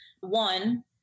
One